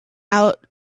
out